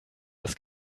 das